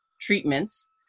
treatments